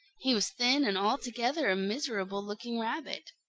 he was thin and altogether a miserable looking rabbit.